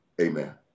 Amen